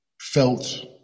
felt